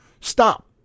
stop